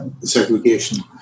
segregation